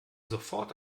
sofort